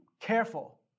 careful